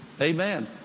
Amen